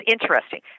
interesting